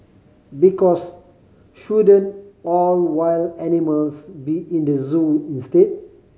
because shouldn't all wild animals be in the zoo instead